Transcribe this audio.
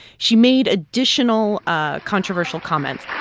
she made additional ah controversial comments